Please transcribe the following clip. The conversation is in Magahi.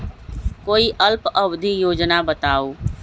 कोई अल्प अवधि योजना बताऊ?